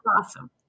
awesome